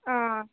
हां